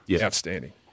Outstanding